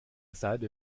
salbe